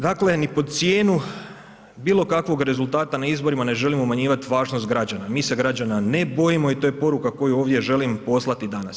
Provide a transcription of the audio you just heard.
Dakle ni pod cijenu bilo kakvog rezultata na izborima ne želimo umanjivati važnost građana, mi se građana ne bojimo i to je poruka koju ovdje želim poslati danas.